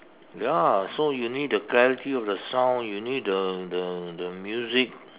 ya so you need the clarity of the sound you need the the the music